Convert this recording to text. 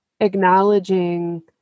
acknowledging